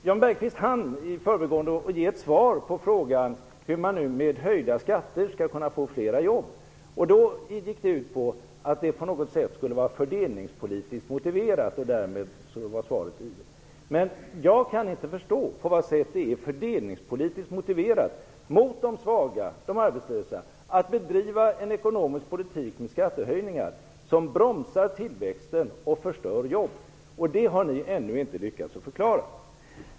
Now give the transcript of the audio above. Jan Bergqvist hann i förbigående ge ett svar på frågan hur man nu med höjda skatter skall kunna få flera jobb. Det gick ut på att det på något sätt skulle vara fördelningspolitiskt motiverat. Därmed var svaret givet. Jag kan inte förstå på vad sätt det är fördelningspolitiskt motiverat mot de svaga, de arbetslösa, att bedriva en ekonomisk politik med skattehöjningar som bromsar tillväxten och förstör jobb. Det har ni ännu inte lyckats förklara.